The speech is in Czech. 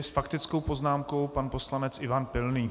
S faktickou poznámkou pan poslanec Ivan Pilný.